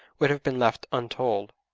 would have been left untold.